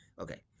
Okay